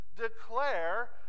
declare